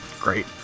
Great